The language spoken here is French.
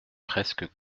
presque